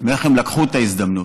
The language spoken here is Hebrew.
ואיך הם לקחו את ההזדמנות,